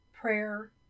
prayer